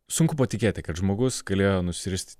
sunku patikėti kad žmogus galėjo nusirist